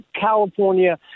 California